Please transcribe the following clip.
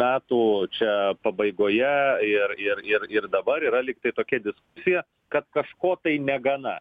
metų čia pabaigoje ir ir ir ir dabar yra lygtai tokia diskusija kad kažko tai negana